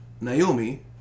Naomi